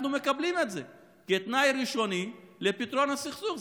אנחנו מקבלים את זה כתנאי ראשוני לפתרון הסכסוך.